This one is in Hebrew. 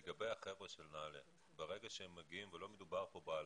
שוב, לגבי החבר'ה של נעל"ה, ולא מדובר פה באלפים,